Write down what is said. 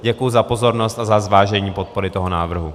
Děkuji za pozornost a za zvážení podpory toho návrhu.